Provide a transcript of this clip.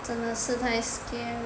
真的是 scary